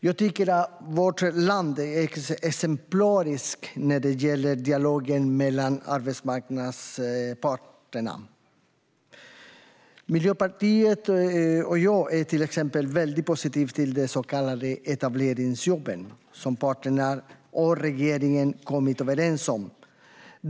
Jag tycker att vårt land är exemplariskt när det gäller dialogen mellan arbetsmarknadens parter. Miljöpartiet och jag är till exempel väldigt positiva till de så kallade etableringsjobben, som parterna och regeringen har kommit överens om.